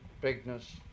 bigness